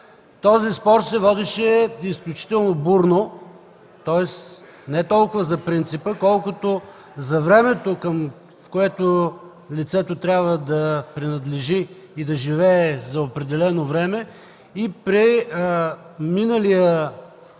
Този спор се водеше изключително бурно, тоест не толкова за принципа, колкото за времето, в което лицето трябва да принадлежи и да живее за определено време и при миналия